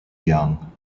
young